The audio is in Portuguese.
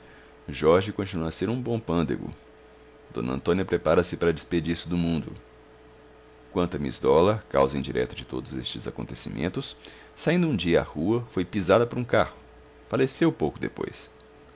jorge continua a ser um bom pândego d antônia prepara-se para despedir-se do mundo quanto a miss dollar causa indireta de todos estes acontecimentos saindo um dia à rua foi pisada por um carro faleceu pouco depois